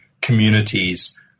communities